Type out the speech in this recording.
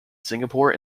singapore